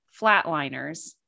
Flatliners